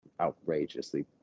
outrageously